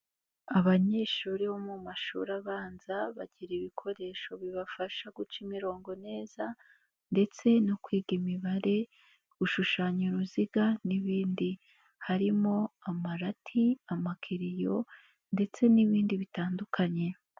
Abanyeshuri bo mu mashuri abanza bagira ibikoresho bibafasha guca imirongo neza ndetse no kwiga imibare, gushushanya uruziga n'ibindi. Harimo amarati, amakereyo ndetse n'ibindi bitandukanye.